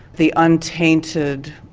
the untainted,